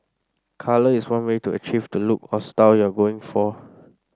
colour is one way to achieve the look or style you're going for